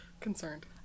concerned